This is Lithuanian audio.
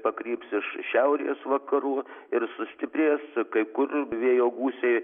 pakryps šiaurės vakarų ir sustiprės kai kur vėjo gūsiai